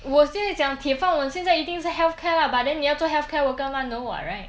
我现在讲铁饭碗现在一定是 health care lah but then you 要做 healthcare worker mah no [what] right